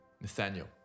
Nathaniel